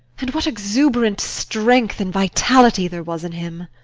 and what exuberant strength and vitality there was in him!